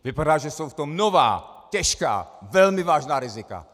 Vypadá to, že jsou v tom nová, těžká, velmi vážná rizika.